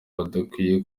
badakwiye